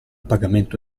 pagamento